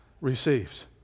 receives